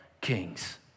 kings